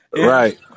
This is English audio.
Right